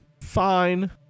fine